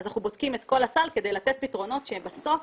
אז אנחנו בודקים את כל הסל כדי לתת פתרונות שבסוף